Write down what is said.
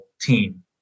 team